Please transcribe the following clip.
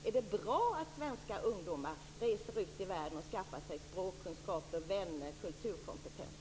Är det bra att svenska ungdomar reser ut i världen och skaffar sig språkkunskaper, vänner och kulturkompetens?